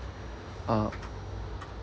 uh